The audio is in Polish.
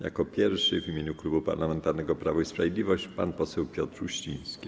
Jako pierwszy w imieniu Klubu Parlamentarnego Prawo i Sprawiedliwość pan poseł Piotr Uściński.